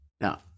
Now